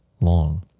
long